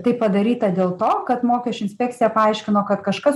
tai padaryta dėl to kad mokesčių inspekcija paaiškino kad kažkas